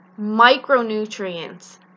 micronutrients